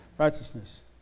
Righteousness